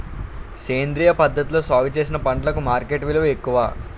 సేంద్రియ పద్ధతిలో సాగు చేసిన పంటలకు మార్కెట్ విలువ ఎక్కువ